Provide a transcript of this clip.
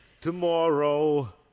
tomorrow